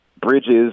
Bridges